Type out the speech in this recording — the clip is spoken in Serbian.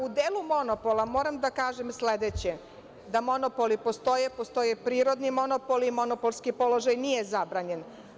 U delu monopola moram da kažem sledeće da monopoli postoje, postoje prirodni monopoli, monopolski položaj nije zabranjen.